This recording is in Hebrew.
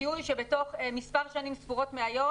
השיהוי שבתוך מספר שנים ספורות מהיום,